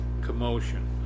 commotion